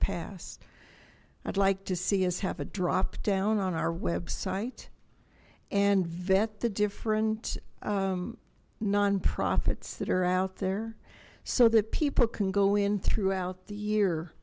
past i'd like to see is have a dropdown on our website and vet the different nonprofits that are out there so that people can go in throughout the year